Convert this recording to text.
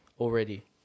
Already